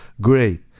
great